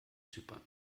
zypern